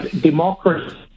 democracy